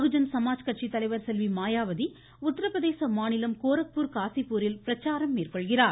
பகுஜன் சமாஜ் கட்சி தலைவர் செல்வி மாயாவதி உத்தரபிரதேச மாநிலம் கோரக்பூர் காஸிப்பூரில் பிரச்சாரம் மேற்கொள்கிறார்